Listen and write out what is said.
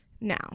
Now